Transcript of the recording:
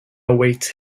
awaits